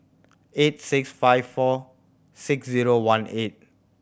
eight six five four six zero one eight